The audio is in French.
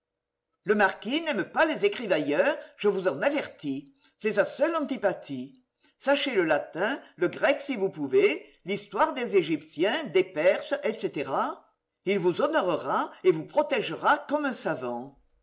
le marquis n'aime pas les écrivailleurs je vous en avertis c'est sa seule antipathie sachez le latin le grec si vous pouvez l'histoire des égyptiens des perses etc il vous honorée et vous protégera comme un savant